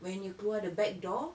when you keluar the back door